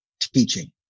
Teaching